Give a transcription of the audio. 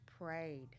prayed